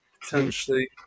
potentially